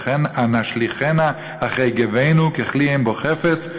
הנשליכנה אחרי גבנו ככלי אין בו חפץ?